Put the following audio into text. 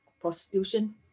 prostitution